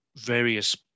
various